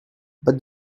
but